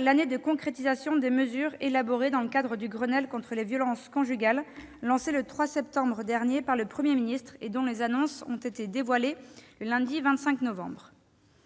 l'année de concrétisation des mesures élaborées dans le cadre du Grenelle contre les violences conjugales lancé le 3 septembre dernier par le Premier ministre et dont les annonces ont été dévoilées lundi 25 novembre.